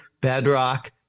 bedrock